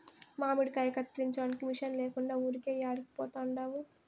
మామిడికాయ కత్తిరించడానికి మిషన్ లేకుండా ఊరికే యాడికి పోతండావు